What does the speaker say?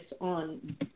on